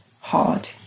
hard